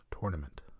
tournament